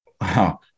wow